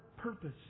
purpose